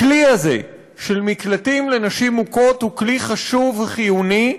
הכלי הזה של מקלטים לנשים מוכות הוא כלי חשוב וחיוני,